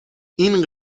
این